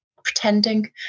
Pretending